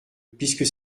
puisque